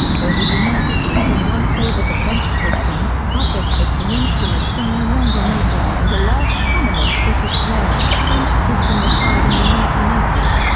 though the united kingdom once favored the french system, but buffet-system instruments are no longer made there and the last prominent british player of the french system retired in the nineteen eighty s.